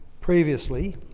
previously